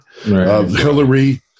hillary